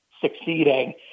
succeeding